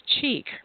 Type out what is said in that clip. cheek